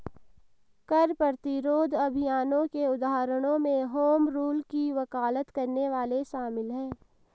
कर प्रतिरोध अभियानों के उदाहरणों में होम रूल की वकालत करने वाले शामिल हैं